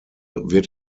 wird